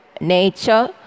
nature